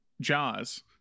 Jaws